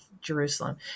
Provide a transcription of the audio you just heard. Jerusalem